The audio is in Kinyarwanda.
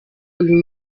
uyu